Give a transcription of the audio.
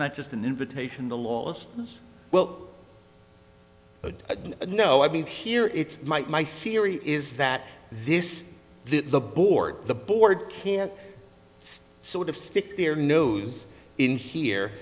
not just an invitation the laws well no i mean here it might my theory is that this the board the board can't sort of stick their nose in here